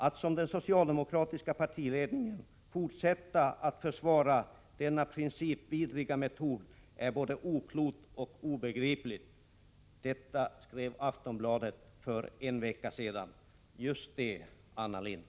Att som den socialdemokratiska partiledningen fortsätta att försvara denna principvidriga metod är både oklokt och obegripligt.” Detta skrev Aftonbladet för en vecka sedan. Just det, Anna Lindh!